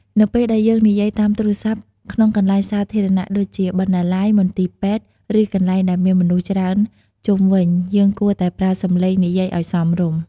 នៅពេលដែលយើងនិយាយតាមទូរស័ព្ទក្នុងកន្លែងសាធារណៈដូចជា បណ្ណាល័យ មន្ទីរពេទ្យ ឬកន្លែងដែលមានមនុស្សច្រើនជុំវិញ យើងគួរតែប្រើសំឡេងនិយាយឲ្យសមរម្យ។